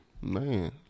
Man